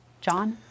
John